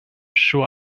sure